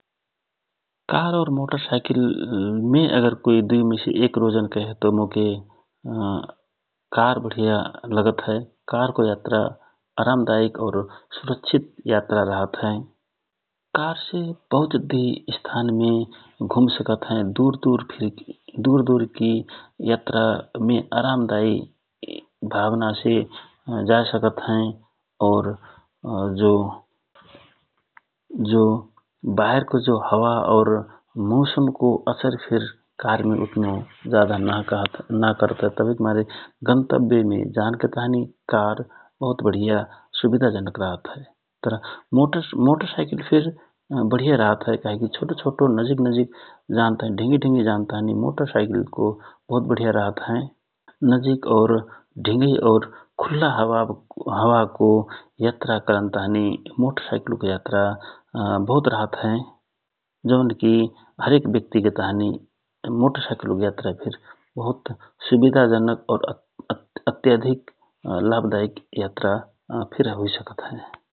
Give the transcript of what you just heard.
कार और motorcycle मय से कोइ एक रोजन कहए त मोके कार बढिया लगत हए कारको यात्रा अराम दइक औरू सुरक्षित रहत हए । कारसे बहुत जद्धि स्थानमे घुम सकत हएँ ,दुर दुर कि यात्रामे फिर अरामदाइ भावना से जाए सकत हए और जो बाहेरको जो हावा और मौसमको असर फिर कारमे उतनो जादा नकरपात हए । तवहिक मारे गनतव्य मे जानके ताँहि कार बहुत बढिया सुविधा जनक राहत हए । तर मोटर साइकल फिर बढिया रहत हए कहेकि छोटो नजिक जान ताँहि ढिंगै ढिंगै जान ताँहि मोटर साइकलको बहुत बढिया रहत हए ।नजिक ढिंगै और खुल्ला हावाको यात्रा करन ताँहि मोटर साइकलको यात्रा बहुत रहत हए । जौन कि हरेक व्यक्तिके ताहि मोटर साइकलको यात्रा फिर बहुत सुविधा जनक अत्याधिक लाभदाइक यात्रा हुइसकत हए ।